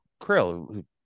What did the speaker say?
Krill